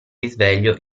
risveglio